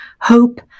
hope